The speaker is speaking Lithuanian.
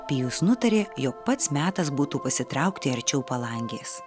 pijus nutarė jog pats metas būtų pasitraukti arčiau palangės